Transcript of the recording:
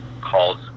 calls